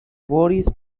boris